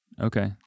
Okay